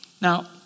Now